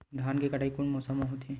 धान के कटाई कोन मौसम मा होथे?